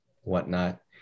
whatnot